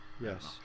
yes